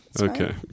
Okay